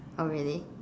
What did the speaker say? oh really